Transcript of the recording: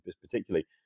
particularly